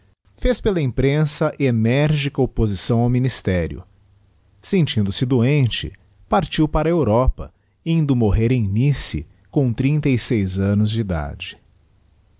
fez pela imprensa enérgica opposiçso ao ministério sentindose doente partiu para a europa indo morrer em nice com trinta e seis annos de idade